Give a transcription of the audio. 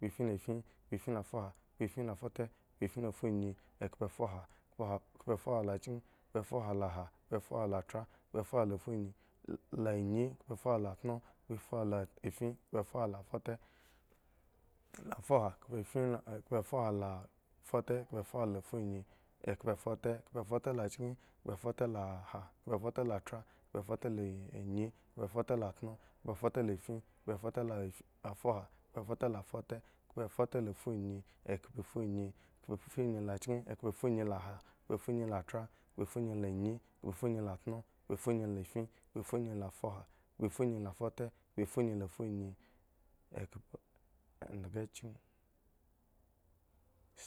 Khpoefin la fin khpoefin la fuha khpoefin la fute khpoefin la funyi ekhpoefuha ekhpoeha khpoefuha la chki khpoefuha la ha khpoefuha la tra khpoefuha la fungi khpoefuha la anyi khpoefuha la tno khpoefuha la fin khpoefuha la fute fuha khpoefin la khpoefuha la fute khpoefuha la fungi khpoefute khpoefute la chki khpoefute la ha khpoefute la tra khpoefute lanyi khpoefute la tro khpoefute la fin khpoefute la fuha khpoefute la fute khpoefute la funyi khpoefunyi khpoefunyi la chki khpoefunyi la ha khpoefunyi la tra khpoefunyi la nyi khpoefunyi la tro khpoefunyi la fin khpoefunyi la fuha khpoefunyi la fute khpoefunyi la funyi ekhpo endhga chki.